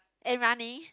and running